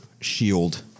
shield